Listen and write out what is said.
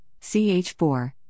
CH4